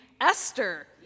Esther